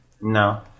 No